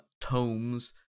tomes